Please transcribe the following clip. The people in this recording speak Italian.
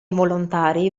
volontari